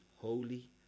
holy